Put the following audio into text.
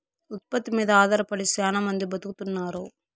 ఉత్పత్తి మీద ఆధారపడి శ్యానా మంది బతుకుతున్నారు